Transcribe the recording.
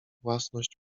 własność